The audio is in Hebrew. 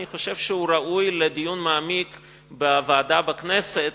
אני חושב שהוא ראוי לדיון מעמיק בוועדה בכנסת,